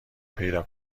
پیدا